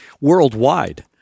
worldwide